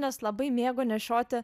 nes labai mėgo nešioti